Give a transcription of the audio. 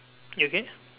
you okay